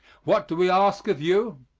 what do we ask of you?